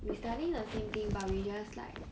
we studying the same thing but we just like